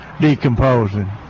decomposing